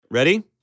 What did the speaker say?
Ready